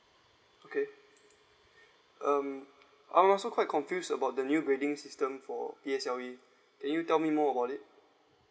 okay um I'm also quite confused about the new grading system for P_S_L_E can you tell me more about it